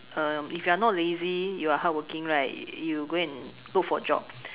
uh if you are not lazy you are hardworking right you go and look for job